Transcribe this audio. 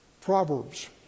Proverbs